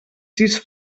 sis